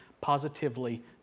positively